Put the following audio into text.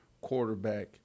quarterback